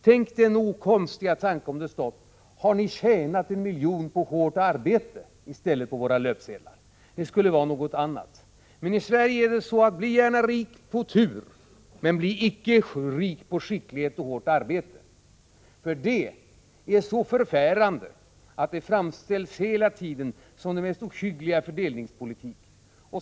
Tänk om—o0o, konstiga tanke — det på våra löpsedlar i stället hade stått: Har ni tjänat 1 miljon på hårt arbete? Det skulle ha varit någonting annat! I Sverige är det nämligen så här: Bli gärna rik på tur, men bli inte rik på skicklighet och hårt arbete! Det är så förfärande, att det hela tiden framställs som den mest ohyggliga fördelningspolitik.